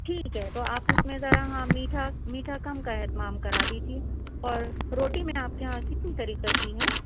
ٹھیک ہے تو آپ اس میں ذرا ہاں میٹھا میٹھا کم کا اہتمام کرا دیجیے اور روٹی میں آپ کے یہاں کتنے طریقے کی ہیں